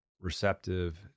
receptive